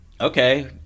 Okay